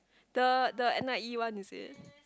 the the N_I_E one is it